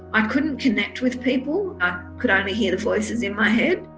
i couldn't connect with people, i could only hear the voices in my head.